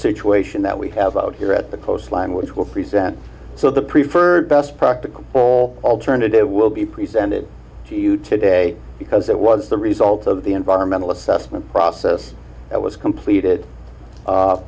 situation that we have out here at the coastline which will present so the preferred best practical alternative will be presented to you today because that was the result of the environmental assessment process that was completed